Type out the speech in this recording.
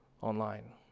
online